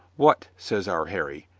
what, says our harry,